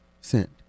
sent